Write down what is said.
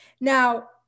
Now